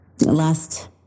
last